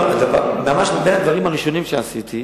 ממש בין הדברים הראשונים שעשיתי,